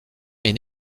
est